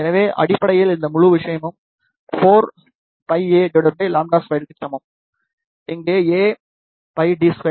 எனவே அடிப்படையில் இந்த முழு விஷயமும் 4Πa λ 2 க்கு சமம் இங்கு a Π d24